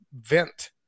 vent